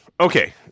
Okay